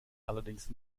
allerdings